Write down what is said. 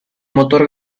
motor